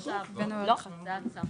אנחנו צריכים עותקים,